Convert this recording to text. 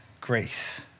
grace